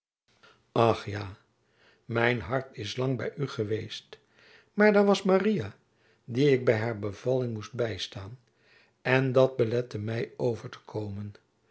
ach ja mijn hart is lang by u geweest maar daar was maria die ik by haar bevalling moest bystaan en dat belette my over te komen